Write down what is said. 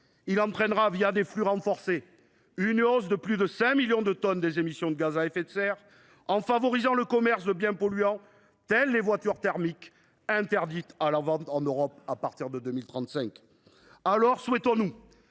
Il entraînera, des flux renforcés, une hausse de plus de 5 millions de tonnes des émissions de gaz à effet de serre, en favorisant le commerce de biens polluants, telles les voitures thermiques, interdites à la vente en Europe à partir de 2035. Souhaitons nous